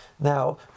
Now